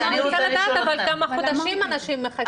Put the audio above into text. אני רוצה לדעת אבל כמה חודשים אנשים מחכים לקבל תור.